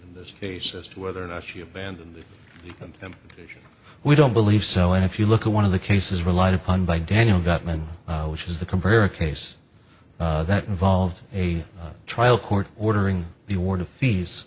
this case as to whether or not she abandoned them we don't believe so and if you look at one of the cases relied upon by daniel gottman which is the compare a case that involved a trial court ordering the award of fees